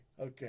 Okay